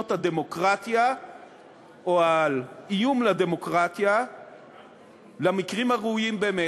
הדמוקרטיה או על איום על הדמוקרטיה למקרים הראויים באמת,